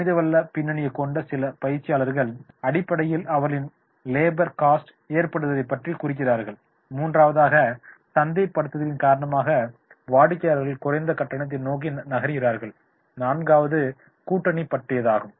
மனிதவள பின்னணியைக் கொண்ட சில பயிற்சியாளர்கள் அடிப்படையில் அவர்களின் லேபர் காஸ்டு labors cost எற்படுவதைப்பற்றி குறிக்கிறார்கள் மூன்றாவதாக சந்தைப்படுத்துதலின் காரணமாக வாடிக்கையாளர்கள் குறைந்த கட்டணத்தை நோக்கி நகர்கிறார்கள் நான்காவது கூட்டணி பற்றியதாகும்